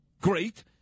great